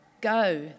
Go